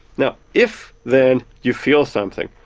now if, then, you feel something,